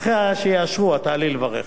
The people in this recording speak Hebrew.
אחרי שיאשרו, את תעלי לברך.